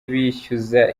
bishyuza